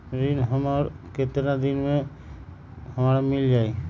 ऋण हमर केतना दिन मे हमरा मील जाई?